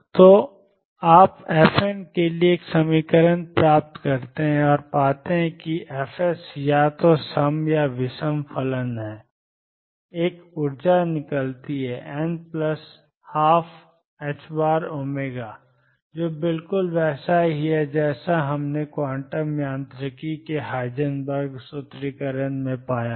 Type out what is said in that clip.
तो आप f n के लिए एक समीकरण प्राप्त करते हैं और पाते हैं कि fs या तो सम या विषम फलन हैं एक ऊर्जा निकलती n12ℏωहै जो बिल्कुल वैसा ही है जैसा हमने क्वांटम यांत्रिकी के हाइजेनबर्ग सूत्रीकरण में पाया था